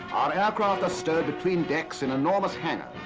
our aircraft are stowed between decks in enormous hangars.